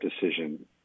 decision